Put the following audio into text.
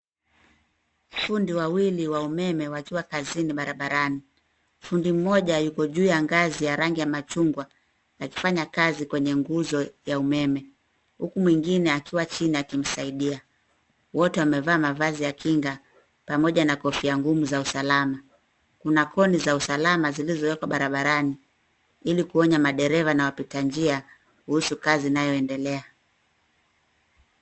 Fundi wawili wa umeme wakiwa kazini barabarani. Fundi mmoja yuko juu ya ngazi ya rangi ya machungwa akifanya kazi kwenye nguzo ya umeme huku mwingine akiwa chini akimsaidia. Wote wamevaa mavazi ya kinga, pamoja na kofia ngumu za usalama. Kuna koni za usalama zilizowekwa barabarani ili kuonya madereva na wapita njia kuhusu kazi inayoendelea.